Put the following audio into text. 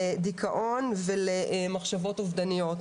לדיכאון ולמחשבות אובדניות,